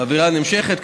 ובעבירה נמשכת,